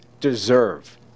deserve